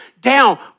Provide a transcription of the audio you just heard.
down